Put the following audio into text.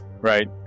right